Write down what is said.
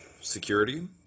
security